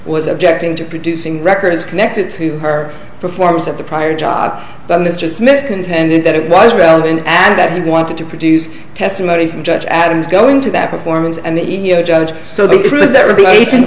was objecting to producing records connected to her performance at the prior job by mr smith contended that it was relevant and that he wanted to produce testimony from judge adams going to that performance and the iau judge so they